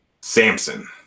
Samson